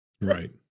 right